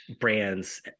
brands